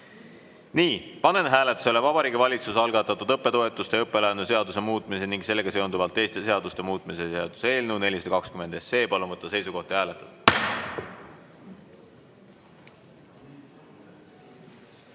kutsungita. Panen hääletusele Vabariigi Valitsuse algatatud õppetoetuste ja õppelaenu seaduse muutmise ning sellega seonduvalt teiste seaduste muutmise seaduse eelnõu 420. Palun võtta seisukoht ja hääletada!